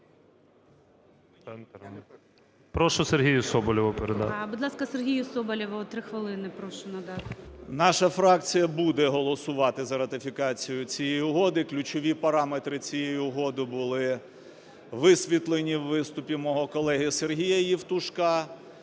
Прошу Сергію Соболєву передати. ГОЛОВУЮЧИЙ. Будь ласка, Сергію Соболєву 3 хвилини прошу надати. 11:22:31 СОБОЛЄВ С.В. Наша фракція буде голосувати за ратифікацію цієї угоди. Ключові параметри цієї угоди були висвітлені у виступі мого колеги СергіяЄвтушка.